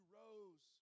rose